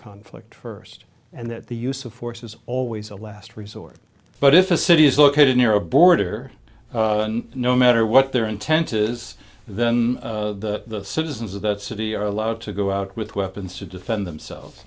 conflict first and that the use of force is always a last resort but if a city is located near a border no matter what their intent is then the citizens of that city are allowed to go out with weapons to defend themselves